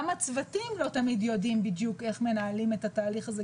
גם הצוותים לא תמיד יודעים בדיוק איך מנהלים את התהליך הזה,